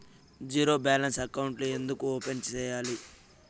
zero balance అకౌంట్లు ఎందుకు open సేయాలి